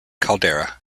caldera